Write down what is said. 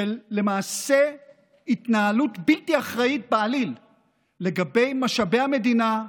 של למעשה התנהלות בלתי אחראית בעליל לגבי משאבי המדינה,